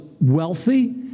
wealthy